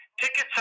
Tickets